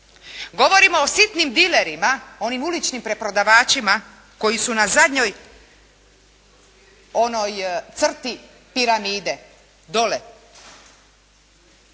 Govorimo o sitnim dilerima, onim uličnim preprodavačima koji su na zadnjoj onoj crti piramide, dole.